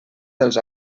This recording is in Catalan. dels